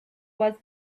was